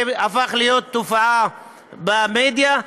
שהפכו להיות תופעה במדיה,